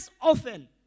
often